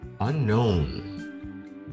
Unknown